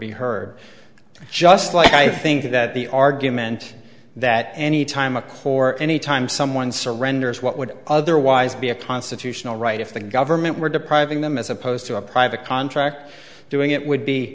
be heard just like i think that the argument that anytime a core anytime someone surrenders what would otherwise be a constitutional right if the government were depriving them as opposed to a private contract doing it would be